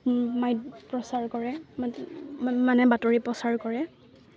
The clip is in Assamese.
মাই প্ৰচাৰ কৰে ম মানে বাতৰি প্ৰচাৰ কৰে